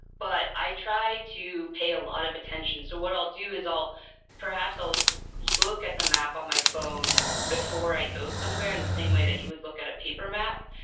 but i try to pay a lot of attention. so what i'll do is perhaps i'll look at the map on my phone before i go somewhere in the same way that you would look at a paper map.